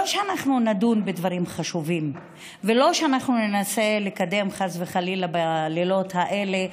לא שאנחנו נדון בדברים חשובים ולא שאנחנו ננסה לקדם בלילות האלה,